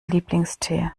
lieblingstee